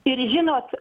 ir žinot